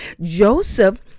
joseph